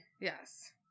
Yes